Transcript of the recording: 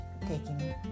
taking